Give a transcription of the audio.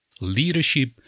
Leadership